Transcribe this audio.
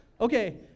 okay